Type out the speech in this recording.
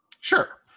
sure